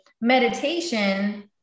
meditation